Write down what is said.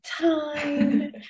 time